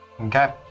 Okay